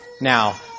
now